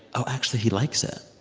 oh, actually he likes it.